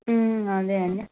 అదే అండీ